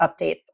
updates